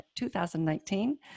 2019